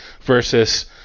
versus